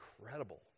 incredible